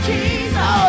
Jesus